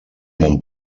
mon